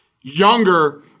younger